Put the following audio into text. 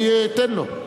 אני אתן לו.